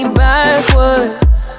backwards